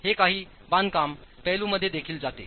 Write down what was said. हे काही बांधकाम पैलूंमध्ये देखील जाते